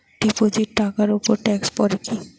Deposit টাকার উপর tax পড়ে কি?